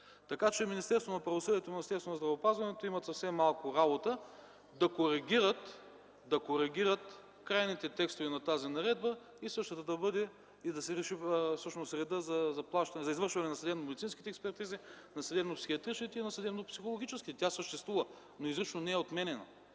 имат съвсем малко работа да коригират крайните текстове на тази наредба и всъщност да се реши редът за извършване на съдебномедицинските експертизи, на съдебнопсихиатричните и съдебнопсихологическите. Тя съществува, но изрично не е отменяна.